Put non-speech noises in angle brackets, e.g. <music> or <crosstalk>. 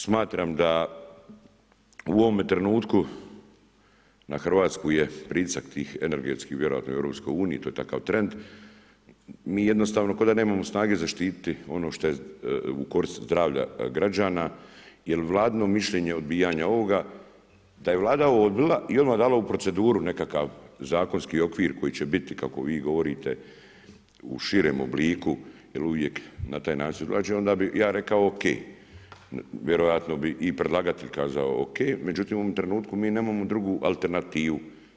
Smatram da u ovome trenutku na hrvatsku je pritisak tih energetskih, vjerojatno i u EU, to je takav trend, mi jednostavno kao da nemamo snage zaštiti ono što je u korist zdravlja građana jer Vladino mišljenje odbijanja ovoga, da je Vlada odbila i odmah dala u proceduru nekakav zakonski okvir koji će biti kako vi govorite u širem obliku jer uvijek na taj način … <unintelligible> onda bih ja rekao OK, vjerojatno bi i predlagatelj kazao OK, međutim u ovom trenutku mi nemamo drugu alternativu.